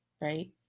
right